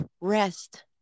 Rest